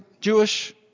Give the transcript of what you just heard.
Jewish